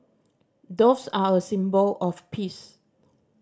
doves are a symbol of peace